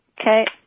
Okay